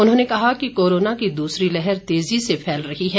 उन्होंने कहा कि कोरोना की दूसरी लहर तेजी से फैल रही है